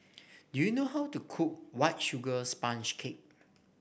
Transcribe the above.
do you know how to cook White Sugar Sponge Cake